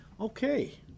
Okay